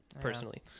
Personally